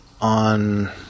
on